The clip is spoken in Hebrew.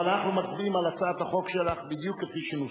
אבל אנחנו מצביעים על הצעת החוק שלך בדיוק כפי שנוסחה.